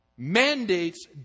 mandates